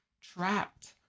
trapped